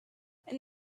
and